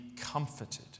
comforted